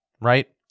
right